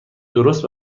درست